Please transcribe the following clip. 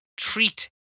Treat